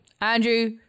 Andrew